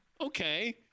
Okay